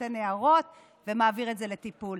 נותן הערות ומעביר את זה לטיפול,